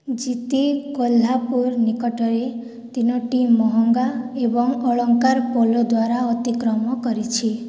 ଜିତି କୋହ୍ଲାପୁରୁ ନିକଟରେ ତିନୋଟି ମହଙ୍ଗା ଏବଂ ଅଳଙ୍କାର ପୋଲ ଦ୍ୱାରା ଅତିକ୍ରମ କରିଛି